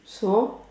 so